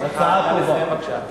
תסיים בבקשה.